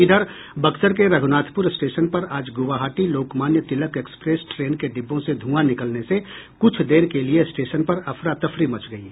इधर बक्सर के रघुनाथपुर स्टेशन पर आज गुवाहाटी लोकमान्य तिलक एक्सप्रेस ट्रेन के डिब्बों से धुआं निकलने से कुछ देर के लिए स्टेशन पर अफरातफरी मंच गयी